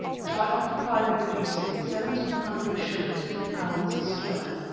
which i occupied in reducing seventeen hundred shillings to pounds sterling.